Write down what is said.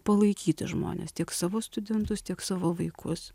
palaikyti žmones tiek savo studentus tiek savo vaikus